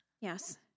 Yes